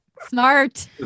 Smart